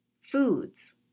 foods